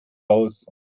raus